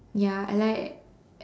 ya I like